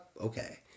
okay